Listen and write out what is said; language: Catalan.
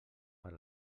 per